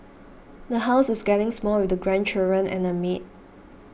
the house is getting small with the grandchildren and a maid